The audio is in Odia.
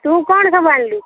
ତୁ କ'ଣ ସବୁ ଆଣିଲୁ